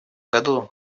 году